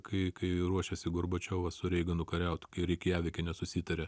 kai kai ruošėsi gorbačiovas su reiganu kariaut kai reikjavike nesusitarė